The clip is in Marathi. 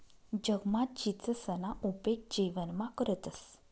जगमा चीचसना उपेग जेवणमा करतंस